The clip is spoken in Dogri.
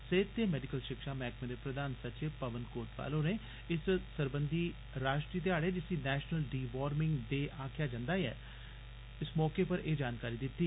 सेहत ते मेडिकल शिक्षा मैहकमें दे प्रधान सचिव पवन कोतवाल होरें कल इत सरबंधी राश्ट्रीय ध्याड़े जिसी नैशनल डिवार्मिंग डे आक्खेआजंदा ऐ जे मौके पर एह् जानकारी दित्ती